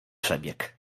przebieg